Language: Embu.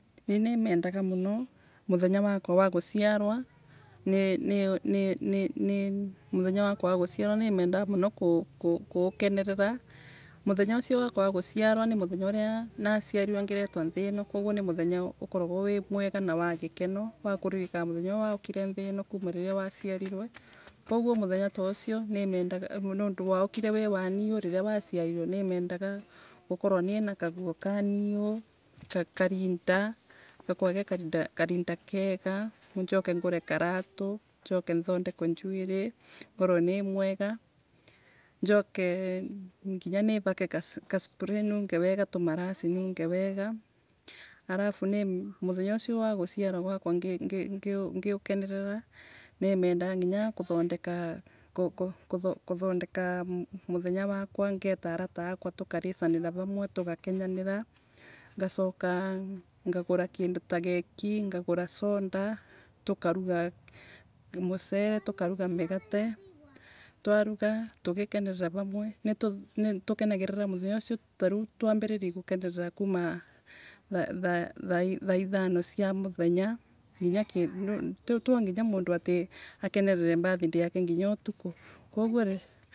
Nimendaga muno muthenya wakwa wa guciarwa, nini ni nimuthenya wakwa waguciarwa nimendaga muno gukenerera. Muthenya ucio wakwa wa guciarwa ni muthenya uria naciarirwe ngiretwa nthi ino. Koguo ni muthenya mwega na wagikeno wakuririkana muthenya uria waukire nthi ino kuuma riria waciarirwe. Koguomuthenya ta ucio nimendaga nondu waukire wi wa riiu nimendaga gukorwa ninakaguo ka niuu, karinda gakorwe gekarinda kega nan joke ngure karatu, njoke thandekwe njuriri ngorwe ni mwega, njoke nginya nivake kaspray nunge wega, tumarasi nunge wega. Arafu nimuthenya ucio wa gucia rwa, wakwaa ngi ngikenerera. Nimendaga nginya kuthondeka muthenya wakwa ngeta arata akwa tukaricanira vamwe tugakenanira. Ngacoka ngagura kindu ta geki, kindu ta sonda, tukarugata mucere, tukaruga migate. Twaruga, tugkenanira vamwe. Nitukenairira muthenya ucio tariu twa mbiririe gukenanira kuuma thaa thaa thaa ithano cia muthenya nginya kindu twanginya ati mundu akenerre birthday yake nginya cikuru. Koguo riria.